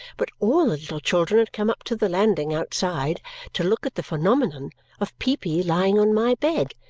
but all the little children had come up to the landing outside to look at the phenomenon of peepy lying on my bed,